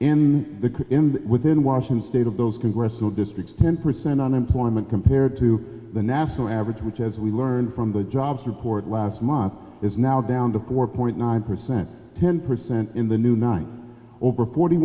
in the him within washington state of those congressional districts ten percent unemployment compared to the national average which as we learned from the jobs report last month is now down to four point nine percent ten percent in the new month over forty